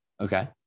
okay